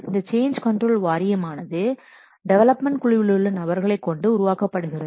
இந்த change control வாரியமானது development குழுவிலுள்ள நபர்களைக் கொண்டு உருவாக்கப்படுகிறது